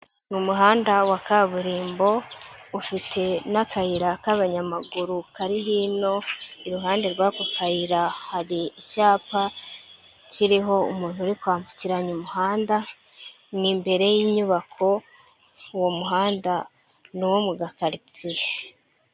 Ni umuhanda wa kaburimbo, ufite n'akayira k'abanyamaguru kari hino, iruhande rw'ako kayira hari icyapa kiriho umuntu uri kwambukiranya umuhanda, ni imbere y'inyubako, uwo muhanda ni uwo mu gakaritsiye.